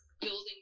building